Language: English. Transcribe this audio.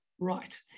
right